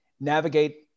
navigate